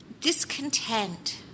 Discontent